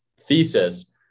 thesis